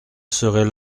serait